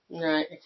Right